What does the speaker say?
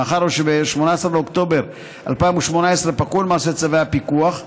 מאחר שב-18 באוקטובר 2018 פקעו למעשה צווי הפיקוח,